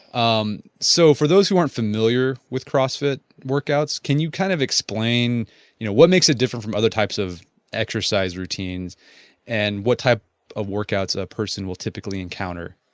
um so for those who aren't familiar with crossfit workouts, can you kind of explain you know what makes it different from other types of exercise routines and what type of workouts a person will typically encountered?